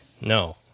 No